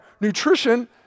nutrition